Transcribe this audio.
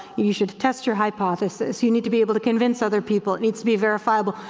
you should test your hypothesis, you need to be able to convince other people, it needs to be verifiable,